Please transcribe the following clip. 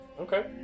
Okay